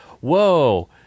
whoa